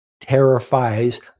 terrifies